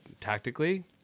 tactically